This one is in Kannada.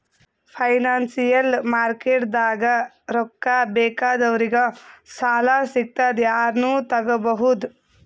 ಫೈನಾನ್ಸಿಯಲ್ ಮಾರ್ಕೆಟ್ದಾಗ್ ರೊಕ್ಕಾ ಬೇಕಾದವ್ರಿಗ್ ಸಾಲ ಸಿಗ್ತದ್ ಯಾರನು ತಗೋಬಹುದ್